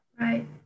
Right